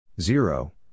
zero